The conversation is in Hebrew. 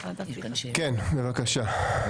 בבקשה.